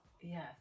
Yes